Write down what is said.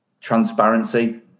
transparency